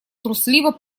трусливо